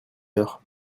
heure